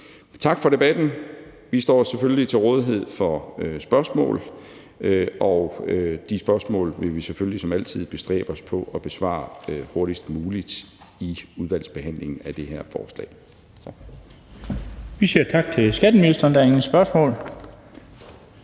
Tak for debatten. Vi står selvfølgelig til rådighed for spørgsmål, og de spørgsmål vil vi selvfølgelig som altid bestræbe os på at besvare hurtigst muligt i udvalgsbehandlingen af det her forslag. Tak. Kl. 16:16 Den fg.